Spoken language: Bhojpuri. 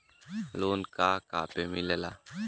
लोन का का पे मिलेला?